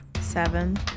Seven